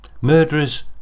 Murderers